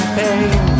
pain